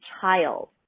child